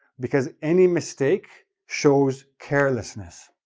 because any mistake shows carelessness,